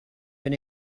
been